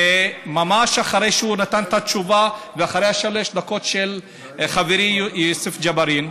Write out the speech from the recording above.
וממש אחרי שהוא נתן את התשובה ואחרי שלוש הדקות של חברי יוסף ג'בארין,